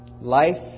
Life